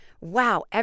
wow